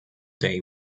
day